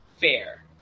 fair